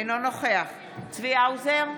אינו נוכח צבי האוזר,